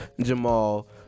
jamal